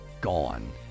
gone